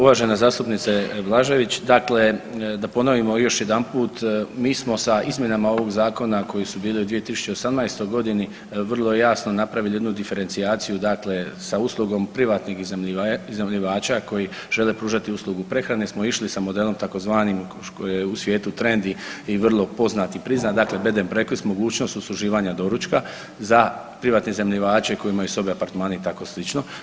Uvažena zastupnice Blažević, dakle da ponovimo još jedanput mi smo sa izmjenama ovog zakona koje su bile u 2018. godini vrlo jasno napravili jednu diferencijaciju dakle sa uslugom privatnih iznajmljivača koji žele pružati uslugu prehrane smo išli sa modelom tzv. u svijetu trendi i vrlo poznat i priznat, dakle …/nerazumljivo/… s mogućnošću usluživanja doručka za privatne iznajmljivače koji imaju sobe, apartmane i tako slično.